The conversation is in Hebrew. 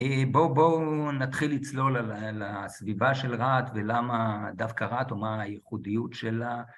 בואו נתחיל לצלול על הסביבה של רעת ולמה דווקא רעת, או מה הייחודיות שלה.